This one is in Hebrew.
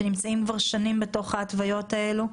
נמצאים כבר שנים בתוך ההתוויות האלה,